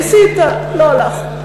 ניסית, לא הלך.